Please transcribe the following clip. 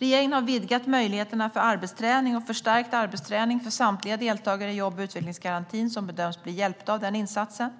Regeringen har vidgat möjligheterna för arbetsträning och förstärkt arbetsträning för samtliga deltagare i jobb och utvecklingsgarantin som bedöms bli hjälpta av den insatsen.